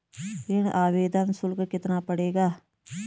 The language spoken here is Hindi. ऋण आवेदन शुल्क कितना पड़ेगा?